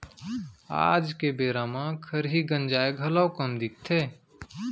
आज के बेरा म खरही गंजाय घलौ कम दिखथे